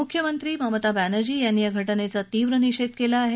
मुख्यमंत्री ममता बॅनर्जी यांनी या घटनेचा तीव्र निषेध केला आहे